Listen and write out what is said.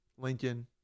Lincoln